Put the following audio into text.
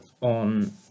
on